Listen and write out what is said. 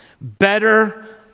Better